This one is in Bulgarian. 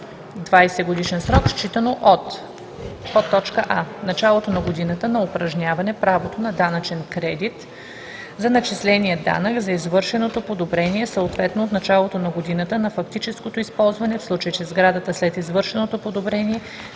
20-годишен срок, считано от: а) началото на годината на упражняване правото на данъчен кредит за начисления данък за извършеното подобрение, съответно от началото на годината на фактическото използване, в случай че сградата след извършеното подобрение